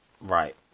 Right